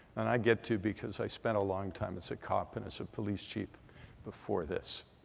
and i get to because i spent a long time as a cop and as a police chief before this.